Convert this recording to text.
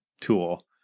tool